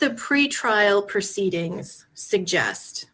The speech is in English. the pretrial proceedings suggest